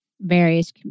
various